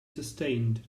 sustained